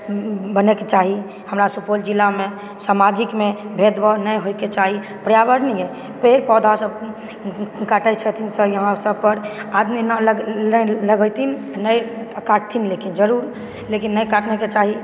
बनयके चाही हमरा सुपौल जिलामे सामाजिकमे भेदभाव नहि होइके चाही पर्यावरणीय पेड़ पौधा सब काटै छथिन सब इहाॅं सब पर आदमी लगेथिन नहि आ काटथिन लेकिन जरुर लेकिन नहि काटयके चाही